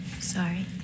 Sorry